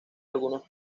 algunos